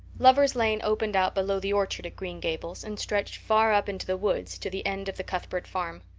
lover's lane opened out below the orchard at green gables and stretched far up into the woods to the end of the cuthbert farm.